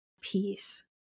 peace